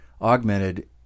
augmented